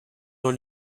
dans